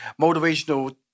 motivational